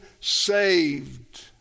saved